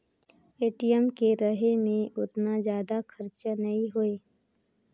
ATM के रहें मे ओतना जादा खरचा नइ होए